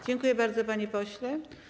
Dziękuję bardzo, panie pośle.